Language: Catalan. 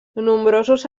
nombrosos